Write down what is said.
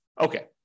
okay